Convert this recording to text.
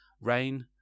rain